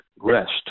rest